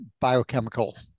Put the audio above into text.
biochemical